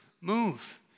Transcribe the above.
move